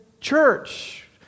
church